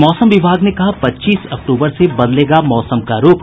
और मौसम विभाग ने कहा पच्चीस अक्तूबर से बदलेगा मौसम का रूख